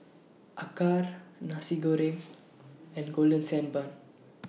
Acar Nasi Goreng and Golden Sand Bun